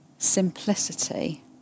simplicity